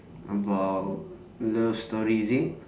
about love story is it